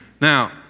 Now